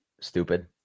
stupid